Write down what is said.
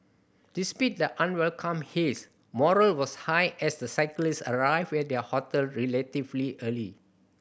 the unwelcome haze morale was high as the cyclists arrived at their hotel relatively early